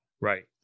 right